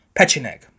Pecheneg